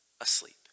asleep